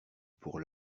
pour